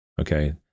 okay